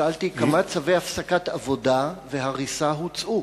שאלתי, כמה צווי הפסקת עבודה והריסה הוצאו?